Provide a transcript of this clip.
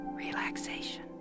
Relaxation